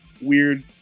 weird